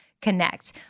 connect